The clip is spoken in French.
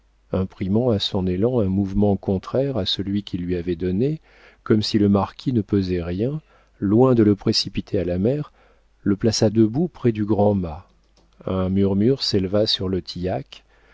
imprimant à son élan un mouvement contraire à celui qu'il lui avait donné comme si le marquis ne pesait rien loin de le précipiter à la mer le plaça debout près du grand mât un murmure s'éleva sur le tillac